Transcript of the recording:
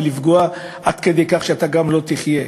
ולפגוע עד כדי כך שאתה גם לא תחיה.